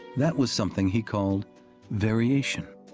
that was something he called variation.